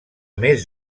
més